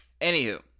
anywho